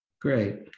Great